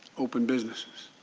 open businesses.